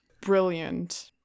brilliant